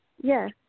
Yes